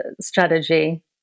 strategy